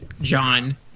John